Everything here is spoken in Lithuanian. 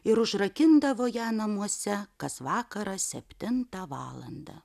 ir užrakindavo ją namuose kas vakarą septintą valandą